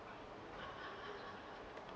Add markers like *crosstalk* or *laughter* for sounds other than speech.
*laughs*